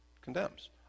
condemns